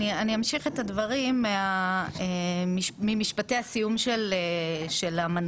אני אמשיך את הדברים ממשפטי הסיום של המנכ"ל.